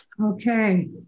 Okay